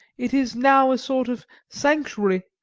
it is now a sort of sanctuary,